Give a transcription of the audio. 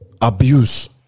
abuse